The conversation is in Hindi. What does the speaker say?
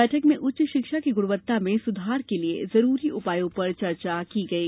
बैठक में उच्च शिक्षा की गुणवत्ता में सुधार के लिए जरूरी उपायों पर चर्चा की गई